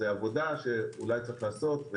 זו עבודה שאולי יש לעשות,